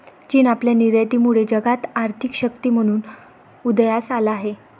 चीन आपल्या निर्यातीमुळे जगात आर्थिक शक्ती म्हणून उदयास आला आहे